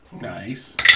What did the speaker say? Nice